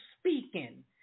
speaking